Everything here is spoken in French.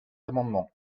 amendement